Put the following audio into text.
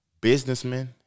businessmen